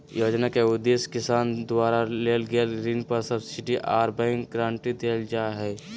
योजना के उदेश्य किसान द्वारा लेल गेल ऋण पर सब्सिडी आर बैंक गारंटी देल जा हई